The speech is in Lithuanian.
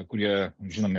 kurie žinomi